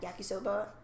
yakisoba